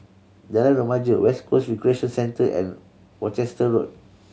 Jalan Remaja West Coast Recreation Centre and Worcester Road